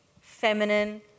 feminine